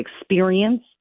experience